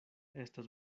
estas